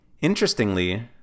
Interestingly